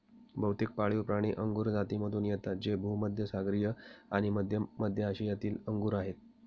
बहुतेक पाळीवप्राणी अंगुर जातीमधून येतात जे भूमध्य सागरीय आणि मध्य आशियातील अंगूर आहेत